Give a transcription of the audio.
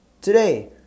Today